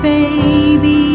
baby